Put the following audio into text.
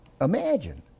Imagine